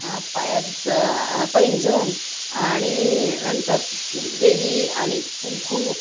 पायातं पैंजण आणि नंतर वेणी आणि कुंकू